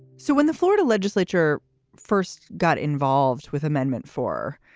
so when the florida legislature first got involved with amendment four,